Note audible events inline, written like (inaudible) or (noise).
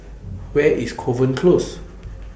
(noise) Where IS Kovan Close